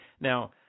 now